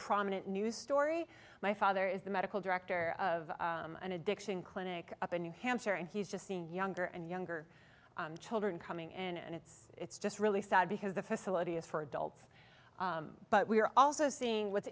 prominent news story my father is the medical director of an addiction clinic up in new hampshire and he's just seeing younger and younger children coming and it's just really sad because the facility is for adults but we're also seeing what's